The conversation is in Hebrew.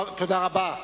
תודה רבה.